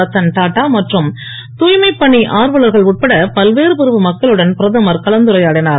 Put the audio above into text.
ரத்தன் டாடா மற்றும் தூய்மைப் பணி ஆர்வலர்கள் உட்பட பல்வேறு பிரிவு மக்களுடன் பிரதமர் கலந்துரையாடினுர்